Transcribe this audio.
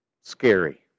scary